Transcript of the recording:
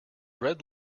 red